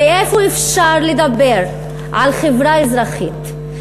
ואיפה שאפשר לדבר על חברה אזרחית,